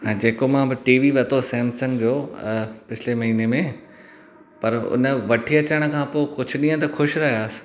ऐं जेको मां टीवी वरितो सैमसंग जो पिछले महीने में पर उन वठी अचण खां पोइ कुझु ॾींहं त ख़ुशि रहियासीं